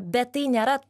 bet tai nėra